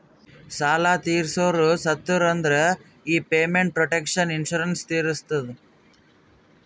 ಸಾಲಾ ತೀರ್ಸೋರು ಸತ್ತುರ್ ಅಂದುರ್ ಈ ಪೇಮೆಂಟ್ ಪ್ರೊಟೆಕ್ಷನ್ ಇನ್ಸೂರೆನ್ಸ್ ತೀರಸ್ತದ